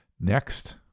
Next